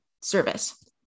service